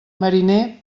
mariner